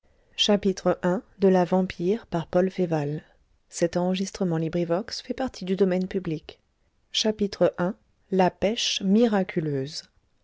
de la pêche miraculeuse